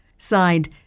Signed